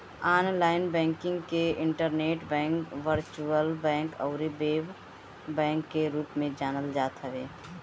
online banking के internet bank, virtual bank अउरी web bank के रूप में जानल जात हवे